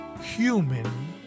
human